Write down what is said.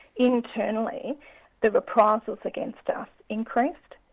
internally the reprisals against us increased.